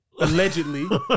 Allegedly